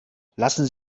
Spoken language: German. lassen